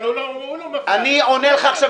אבל הוא --- אני עונה לך עכשיו,